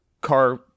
car